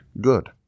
good